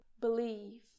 believe